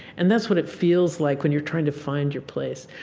and that's what it feels like when you're trying to find your place.